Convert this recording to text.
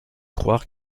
croire